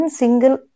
single